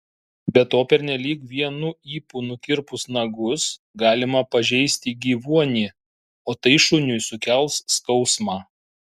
be to pernelyg vienu ypu nukirpus nagus galima pažeisti gyvuonį o tai šuniui sukels skausmą